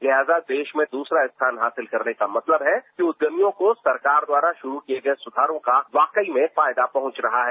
लिहाजा देश में दूसरा स्थान हासिल करने का मतलब है कि उद्यमियों को सरकार द्वारा शुरू किये गये सुधारों का वाकई में फायदा पहुंच रहा है